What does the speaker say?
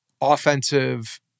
offensive